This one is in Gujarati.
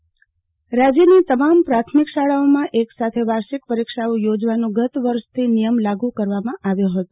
પ્રાથમિક શાળા પરીક્ષ રાજ્યની તમામ પ્રાથમિક શાળાઓમાં એક સાથે વાર્ષિક પરીક્ષાઓ યોજવાનો ગત વર્ષ થી નિયમ લાગુ કરવામાં આવ્યો હતો